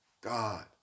God